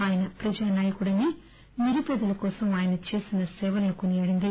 ఆయన ప్రజానాయకుడని నిరుపేదల కోసం ఆయన చేసిన సేవలను కొనియాడింది